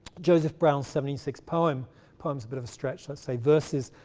joseph brown's seventy six poem poems a bit of a stretch, let's say verses,